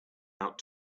out